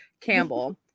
Campbell